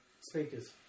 speakers